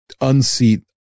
unseat